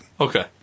Okay